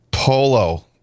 Polo